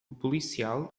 policial